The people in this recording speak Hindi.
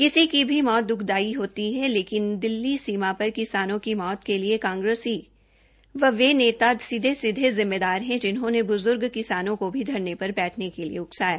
किसी की भी मौत द्खदायी होती है लेकिन बॉर्डर पर किसानों की मौत के लिए कांग्रेसी व वे नेता सीधे सीधे जिम्मेदार हैं जिन्होंने ब्जूर्ग किसानों को भी धरने पर बैठने के लिए उकसाया